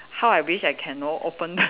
how I wish I can know open